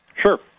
Sure